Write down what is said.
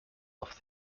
off